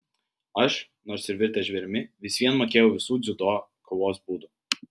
aš nors ir virtęs žvėrimi vis vien mokėjau visų dziudo kovos būdų